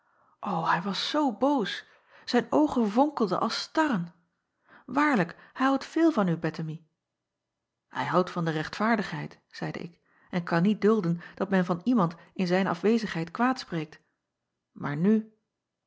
hij was zoo boos ijn oogen vonkelden als starren waarlijk hij houdt veel van u ettemie ij houdt van de rechtvaardigheid zeide ik en kan niet dulden dat men van iemand in zijn afwezigheid kwaad spreekt aar nu